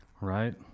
Right